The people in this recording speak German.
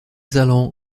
salon